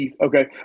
okay